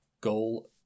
goal